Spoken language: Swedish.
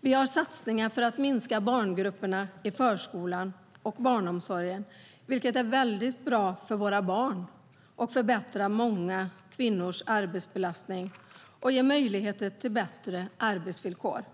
Vi gör satsningar för att minska barngrupperna i förskolan och barnomsorgen, vilket är bra för våra barn, minskar många kvinnors arbetsbelastning och ger bättre arbetsvillkor.